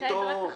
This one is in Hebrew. יתעד רק חריגות.